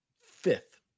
Fifth